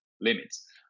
limits